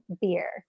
beer